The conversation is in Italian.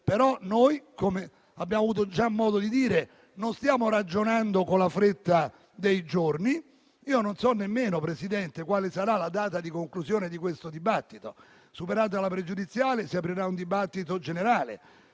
ma noi, come abbiamo avuto già modo di dire, non stiamo ragionando con la fretta dei giorni. Signor Presidente, io non so nemmeno quale sarà la data di conclusione di questo dibattito. Superate le questioni pregiudiziali si aprirà un dibattito generale.